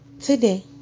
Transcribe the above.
today